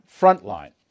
Frontline